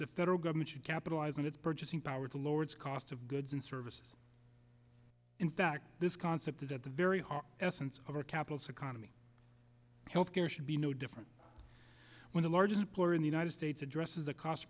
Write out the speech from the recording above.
the federal government should capitalize on its purchasing power to lower its cost of goods and services in fact this concept that at the very heart essence of our capital secada me health care should be no different when the largest employer in the united states addresses the cost